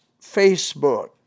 Facebook